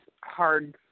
hard